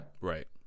Right